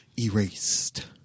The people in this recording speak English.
Erased